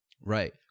Right